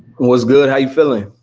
what's good, how are you feeling?